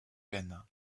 ganna